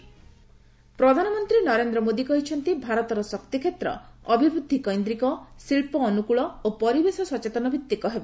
PM energy ପ୍ରଧାନମନ୍ତ୍ରୀ ନରେନ୍ଦ୍ର ମୋଦୀ କହିଛନ୍ତିଭାରତର ଶକ୍ତିକ୍ଷେତ୍ର ଅଭିବୃଦ୍ଧିକେନ୍ଦ୍ରିକ ଶିଳ୍ପ ଅନୁକୂଳ ଓ ପରିବେଶ ସଚେତନ ଭିତ୍ତିକ ହେବ